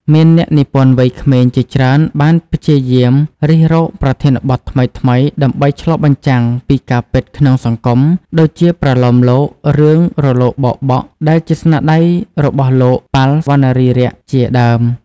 មានអ្នកនិពន្ធវ័យក្មេងជាច្រើនបានព្យាយាមរិះរកប្រធានបទថ្មីៗ ដើម្បីឆ្លុះបញ្ចាំងពីការពិតក្នុងសង្គម ដូចជាប្រលោមលោករឿង រលកបោកបក់ ដែលជាស្នាដៃរបស់លោក ប៉ាល់ វណ្ណារីរក្សជាដើម។